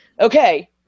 okay